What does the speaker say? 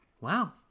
Wow